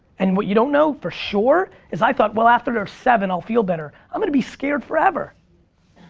and what you don't know for sure, is i thought, well after they're seven i'll feel better. i'm gonna be scared forever.